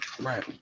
Right